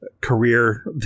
career